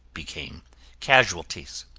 became casualties.